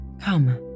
Come